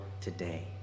today